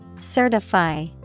Certify